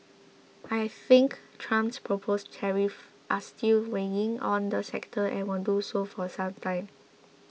I think Trump's proposed tariffs are still weighing on the sector and will do so for some time